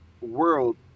world